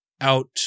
out